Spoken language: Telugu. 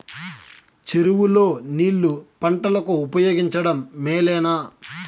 చెరువు లో నీళ్లు పంటలకు ఉపయోగించడం మేలేనా?